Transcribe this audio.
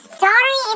sorry